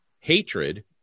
hatred